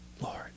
Lord